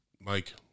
Mike